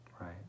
right